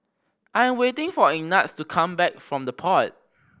I am waiting for Ignatz to come back from The Pod